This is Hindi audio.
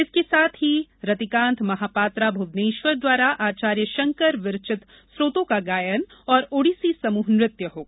इसके साथ ही रतिकांत महापात्रा भुवनेश्वर द्वारा आचार्य शंकर विरचित स्रोतों का गायन और ओडिसी समूह नृत्य होगा